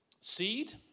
seed